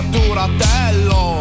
Duratello